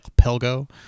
Pelgo